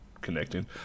connecting